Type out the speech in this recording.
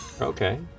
Okay